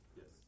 yes